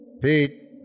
Pete